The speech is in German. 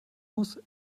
muss